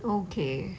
okay